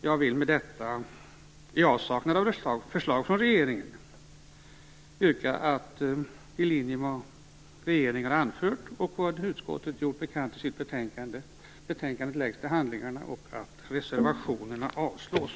Jag vill med detta, i avsaknad av förslag från regeringen, men i linje med vad regeringen har anfört och vad utskottet har gjort bekant i sitt betänkande yrka att betänkandet läggs till handlingarna och att reservationerna avslås.